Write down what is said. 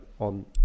on